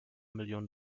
million